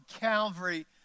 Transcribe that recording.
Calvary